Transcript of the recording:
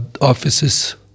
offices